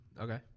Okay